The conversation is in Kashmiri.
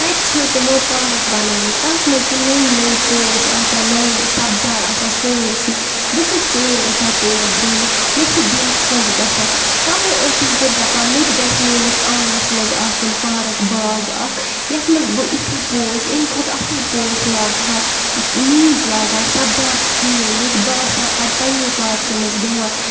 تَتہِ چھِ تِمو پارک بَنٲومٕژ تَتھ منٛز چھِ نٔوۍ نٔوۍ پوش آسان نٔے سبزار آسان سٲرۍسٕے بہٕ چھس ژیٖر گژھان تور بیٚہنہِ مےٚ چھِ دِل خۄش گژھان تَوَے ٲسٕس بہٕ دَپان مےٚ تہِ گژھِ میٛٲنِس آنٛگنَس منٛز آسُن پارک باغ اَکھ یَتھ منٛز بہٕ یِتھی پوش امہِ کھۄتہٕ اَصٕل پوش لاگہٕ ہا نیٖج لاگہٕ ہا سبزار ای ہے مےٚ تہِ بہٕ آسہٕ ہا پَتہٕ پنٛنے پارکہِ منٛز بیٚہوَان